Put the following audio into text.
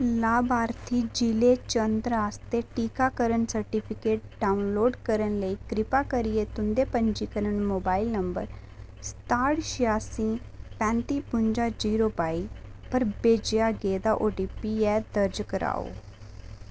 लाभार्थी जि'ले चंदर आस्तै टीकाकरण सर्टिफिकेट डाउनलोड करन लेई कृपा करियै तुं'दे पंजीकृत मोबाइल नंबर सताह्ठ छेआसी पैंती बुंजा जीरो बाई पर भेजेआ गेदा ओटीपी ऐ दर्ज कराओ